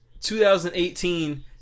2018